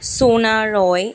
সোনা রায়